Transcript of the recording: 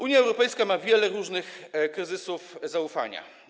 Unia Europejska ma wiele różnych kryzysów zaufania.